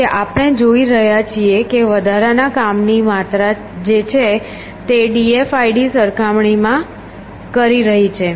કે આપણે જોઈ રહ્યા છીએ કે વધારાના કામની માત્રા જે છે તે d f i d સરખામણીમાં કરી રહી છે